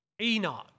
Enoch